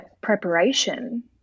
preparation